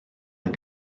yng